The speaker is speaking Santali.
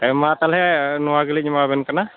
ᱦᱮᱸ ᱢᱟ ᱛᱟᱦᱚᱞᱮ ᱱᱚᱣᱟ ᱜᱮᱞᱤᱧ ᱮᱢᱟ ᱟᱵᱮᱱ ᱠᱟᱱᱟ